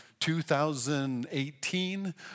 2018